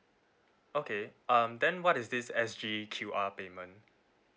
okay um then what is this S_G_Q_R payment